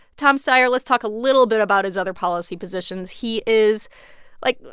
tom steyer let's talk a little bit about his other policy positions. he is like,